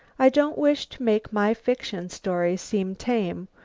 i don't wish to make my fiction story seem tame,